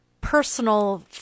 personal